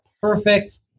perfect